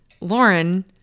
Lauren